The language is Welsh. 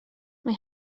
mae